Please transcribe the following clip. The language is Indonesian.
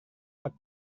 pak